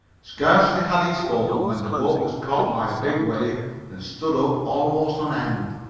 scarcely had he spoken when the boat was caught by a big wave and stood up almost on end.